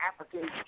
African